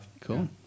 Cool